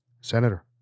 Senator